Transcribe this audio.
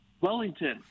Wellington